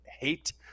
hate